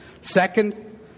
Second